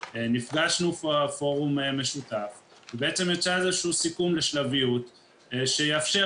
נפגשנו בפורום משותף ובעצם יצא סיכום לשלביות שיאפשר